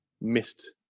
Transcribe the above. missed